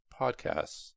podcasts